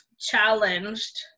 challenged